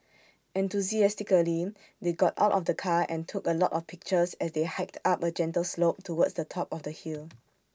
enthusiastically they got out of the car and took A lot of pictures as they hiked up A gentle slope towards the top of the hill